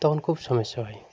তখন খুব সমস্যা হয়